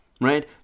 right